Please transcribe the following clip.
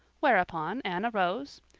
whereupon anne arose,